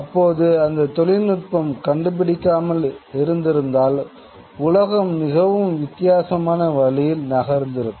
அப்போது அந்த தொழில்நுட்பம் கண்டுப்பிடிக்கப்படாமல் இருந்திருந்தால் உலகம் மிகவும் வித்தியாசமான வழியில் நகர்ந்திருக்கும்